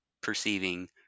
perceiving